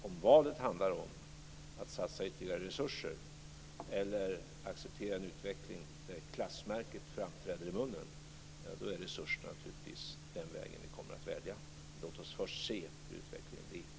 Om valet står mellan att satsa ytterligare resurser och att acceptera en utveckling där tandstatusen blir ett klassmärke, kommer vi naturligtvis att välja resursvägen, men låt oss först se hur utvecklingen blir.